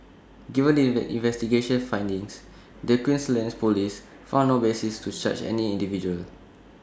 given these investigation findings the Queensland Police found no basis to charge any individual